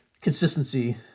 consistency